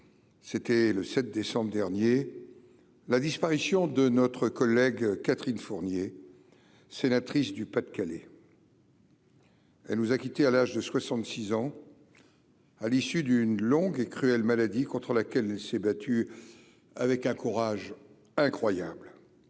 c'était le 7 décembre dernier la disparition de notre collègue Catherine Fournier, sénatrice du Pas-de-Calais. Elle nous a quittés à l'âge de 66 ans, à l'issue d'une longue et cruelle maladie contre laquelle elle s'est battue avec un courage incroyable